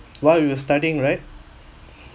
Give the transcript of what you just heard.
while you were studying right